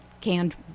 canned